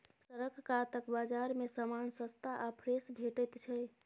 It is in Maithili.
सड़क कातक बजार मे समान सस्ता आ फ्रेश भेटैत छै